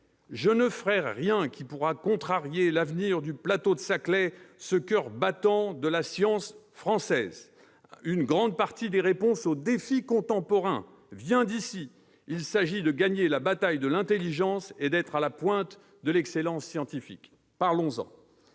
Je ne ferai rien qui pourra contrarier l'avenir du plateau de Saclay, ce coeur battant de la science française [...] Une grande partie des réponses aux défis contemporains vient d'ici [...] Il s'agit de gagner la bataille de l'intelligence [et] d'être à la pointe de l'excellence scientifique ». Parlons-en